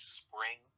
spring